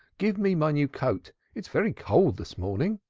give me my new coat. it is very cold this morning.